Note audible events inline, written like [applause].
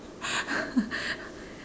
[laughs]